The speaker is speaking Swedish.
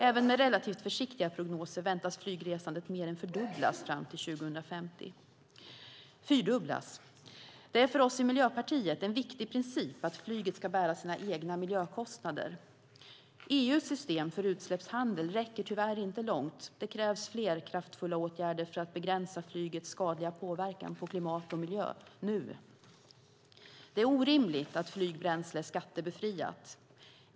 Även med relativt försiktiga prognoser väntas flygresandet mer än fyrdubblas fram till 2050. Det är för oss i Miljöpartiet en viktig princip att flyget ska bära sina egna miljökostnader. EU:s system för utsläppshandel räcker tyvärr inte långt. Det krävs fler kraftfulla åtgärder för att begränsa flygets skadliga påverkan på klimat och miljö - nu. Det är orimligt att flygbränsle är skattebefriat.